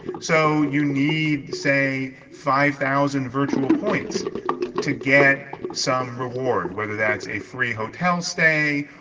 so, you need say, five thousand virtual points to get some reward. whether that's a free hotel stay,